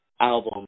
album